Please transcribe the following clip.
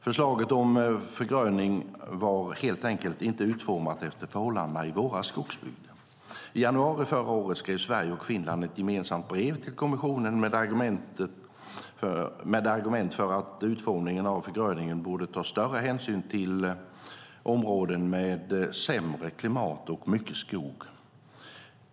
Förslaget om förgröning var helt enkelt inte utformat efter förhållandena i våra skogsbygder. I januari förra året skrev Sverige och Finland ett gemensamt brev till kommissionen med argument för att utformningen av förgröningen borde ta större hänsyn till områden med sämre klimat och mycket skog.